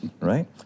right